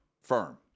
firm